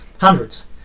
hundreds